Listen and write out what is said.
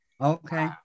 Okay